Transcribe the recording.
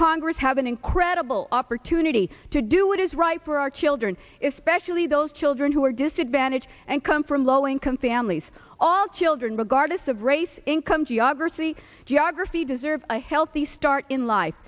congress have an incredible opportunity to do what is right for our children if specially those children who are disadvantaged and come from low income families all children regardless of race income geography geography deserve a healthy start in life